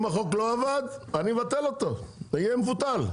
אם החוק לא עבד, אני אבטל אותו, הוא יהיה מבוטל.